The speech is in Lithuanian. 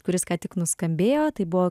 kuris ką tik nuskambėjo tai buvo